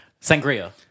Sangria